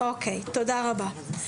תודה רבה.